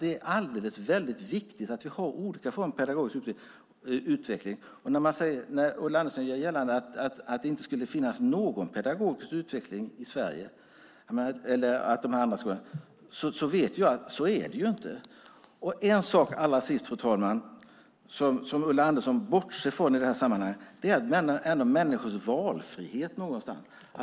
Det är väldigt viktigt att vi har olika former av pedagogisk utveckling. Ulla Andersson gör gällande att det inte finns någon pedagogisk utveckling i de andra skolorna i Sverige, men så är det inte; det vet vi. Fru talman! Allra sist vill jag ta upp en sak som Ulla Andersson bortser från i det här sammanhanget, nämligen människors valfrihet.